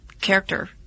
character